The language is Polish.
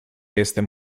jestem